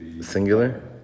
Singular